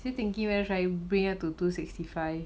still thinking when should I bring it to two sixty five